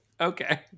okay